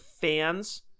fans